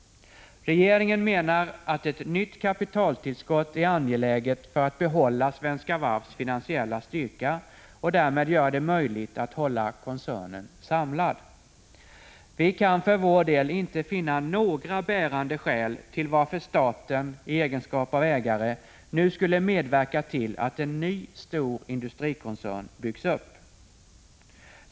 Regeringen menar att ett nytt kapitaltillskott är angeläget för att behålla Svenska Varvs finansiella styrka och därmed göra det möjligt att hålla koncernen samlad. Vi kan för vår del inte finna några bärande skäl till att staten, i egenskap av ägare, nu skulle medverka till att en ny stor industrikoncern byggs upp.